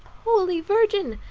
holy virgin!